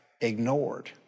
ignored